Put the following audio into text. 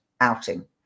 outing